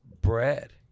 bread